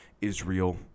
Israel